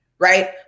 Right